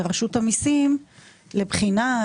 לרשות המיסים לבחינה,